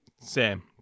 Sam